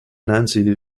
nancy